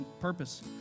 purpose